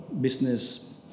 business